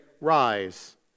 rise